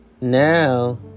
now